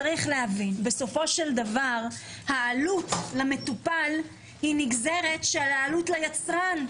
צריך להבין שבסופו של דבר העלות למטופל היא נגזרת של העלות ליצרן,